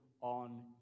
on